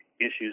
issues